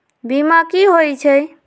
बीमा कि होई छई?